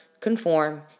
conform